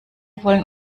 wollen